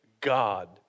God